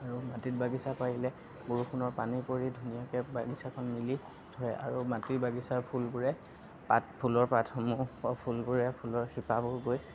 আৰু মাটিত বাগিচা কৰিলে বৰষুণৰ পানী পৰি ধুনীয়াকে বাগিচাখন মিলি ধৰে আৰু মাটিৰ বাগিচাৰ ফুলবোৰে পাত ফুলৰ পাত সমূহ বা ফুলবোৰে ফুলৰ শিপাবোৰ গৈ